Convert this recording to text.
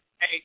Hey